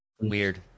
Weird